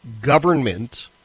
government